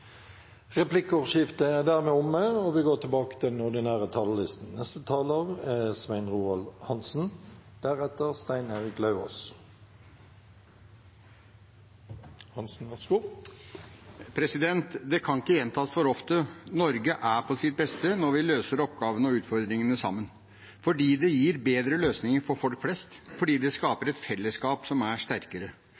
Replikkordskiftet er omme. Det kan ikke gjentas for ofte: Norge er på sitt beste når vi løser oppgavene og utfordringene sammen, fordi det gir bedre løsninger for folk flest, og fordi det skaper